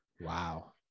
wow